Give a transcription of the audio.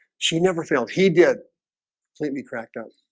she never failed he did sleepy crack does